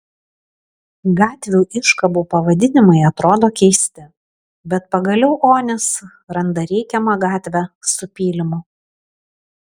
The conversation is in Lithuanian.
gatvių iškabų pavadinimai atrodo keisti bet pagaliau onis randa reikiamą gatvę su pylimu